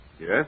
Yes